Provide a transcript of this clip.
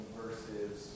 versus